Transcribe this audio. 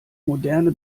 moderne